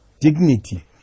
Dignity